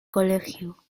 colegio